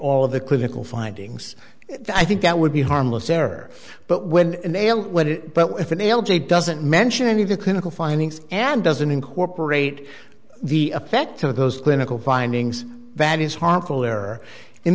all of the clinical findings i think that would be harmless error but when mail what it but if an l j doesn't mention any of the clinical findings and doesn't incorporate the effect of those clinical findings that is harmful or in